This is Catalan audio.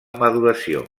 maduració